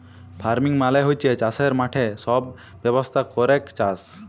farming মালে হচ্যে চাসের মাঠে সব ব্যবস্থা ক্যরেক চাস